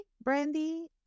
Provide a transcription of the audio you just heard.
brandy